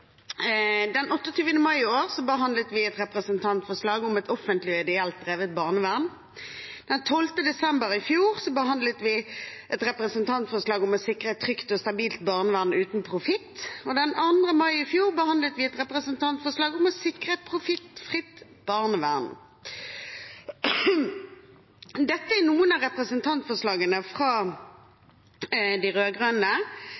Den 28. mai i år behandlet vi et representantforslag om et offentlig og ideelt drevet barnevern. Den 12. desember i fjor behandlet vi et representantforslag om å sikre et trygt og stabilt barnevern uten profitt. Den 20. juni i fjor behandlet vi et representantforslag om å sikre et profittfritt barnevern. Dette er noen av representantforslagene